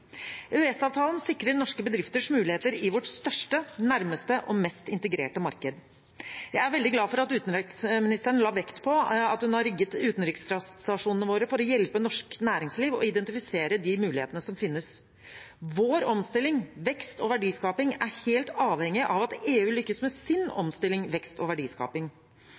sikrer norske bedrifters muligheter i vårt største, nærmeste og mest integrerte marked. Jeg er veldig glad for at utenriksministeren la vekt på at hun har rigget utenriksstasjonene våre for å hjelpe norsk næringsliv med å identifisere de mulighetene som finnes. Vår omstilling, vekst og verdiskaping er helt avhengig av at EU lykkes med sin omstilling, vekst og verdiskaping.